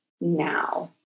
now